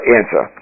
answer